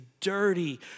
dirty